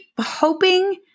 hoping